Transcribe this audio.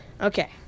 Okay